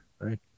right